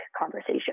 conversation